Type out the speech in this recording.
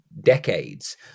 decades